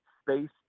space